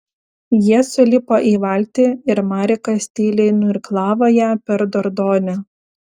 jie sulipo į valtį ir marekas tyliai nuirklavo ją per dordonę